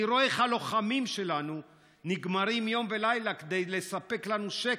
אני רואה איך הלוחמים שלנו נגמרים יום ולילה כדי לספק לנו שקט.